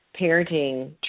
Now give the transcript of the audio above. parenting